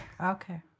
Okay